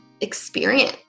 experience